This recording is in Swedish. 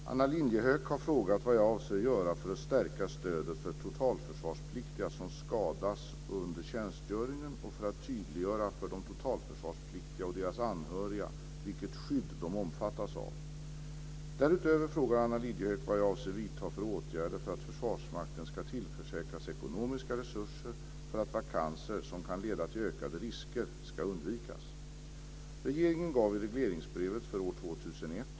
Herr talman! Anna Lilliehöök har frågat vad jag avser göra för att stärka stödet för totalförsvarspliktiga som skadas under tjänstgöringen och för att tydliggöra för de totalförsvarspliktiga och deras anhöriga vilket skydd de omfattas av. Därutöver frågar Anna Lilliehöök vad jag avser vidta för åtgärder för att Försvarsmakten ska tillförsäkras ekonomiska resurser för att vakanser som kan leda till ökade risker ska undvikas.